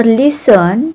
listen